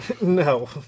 No